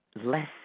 less